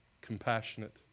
compassionate